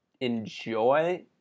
enjoy